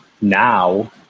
now